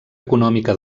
econòmica